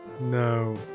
no